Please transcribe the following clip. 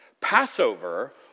Passover